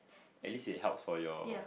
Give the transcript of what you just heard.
at least it helps for your